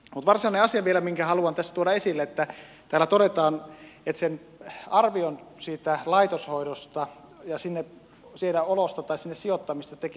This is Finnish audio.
mutta varsinainen asia minkä haluan tässä vielä tuoda esille on se että täällä todetaan että sen arvion siitä laitoshoidosta ja sinne sijoittamisesta tekee lääkäri